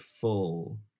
full